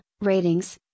ratings